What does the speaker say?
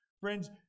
Friends